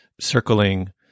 circling